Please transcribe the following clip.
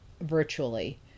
virtually